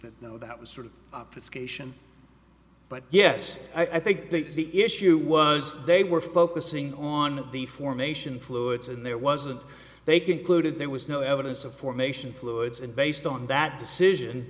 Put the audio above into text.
that no that was sort of obfuscation but yes i think that the issue was they were focusing on the formation fluids and there wasn't they concluded there was no evidence of formation fluids and based on that decision